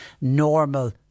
normal